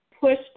pushed